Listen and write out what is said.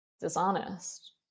dishonest